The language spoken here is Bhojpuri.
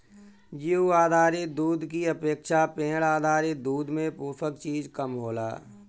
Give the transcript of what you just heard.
जीउ आधारित दूध की अपेक्षा पेड़ आधारित दूध में पोषक चीज कम होला